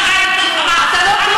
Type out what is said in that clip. יואל, אל תתסיס.